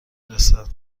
رسد